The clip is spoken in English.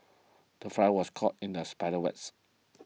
the fly was caught in the spider's wets